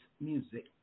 music